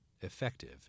effective